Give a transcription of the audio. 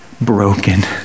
broken